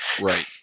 Right